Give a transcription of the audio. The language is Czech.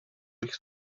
bych